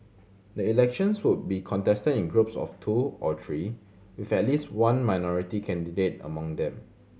the elections would be contested in groups of two or three with at least one minority candidate among them